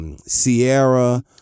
Sierra